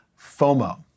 FOMO